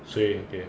谁给